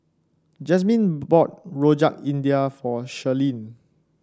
Jasmin bought Rojak India for Shirlene